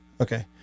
okay